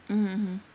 mm mm mm